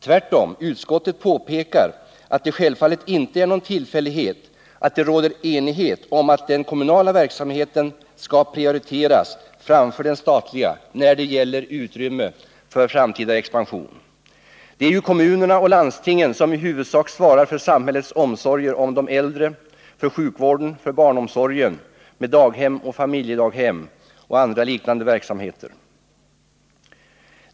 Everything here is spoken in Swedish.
Tvärtom, utskottet påpekar att det självfallet inte är någon tillfällighet att det råder enighet om att den kommunala verksamheten skall prioriteras framför den statliga när det gäller utrymme för framtida expansion. Det är ju kommunerna och landstingen som i huvudsak svarar för samhällets omsorger om de äldre, för sjukvården, för barnomsorgen med daghem, familjedaghem och andra liknande verksamheter.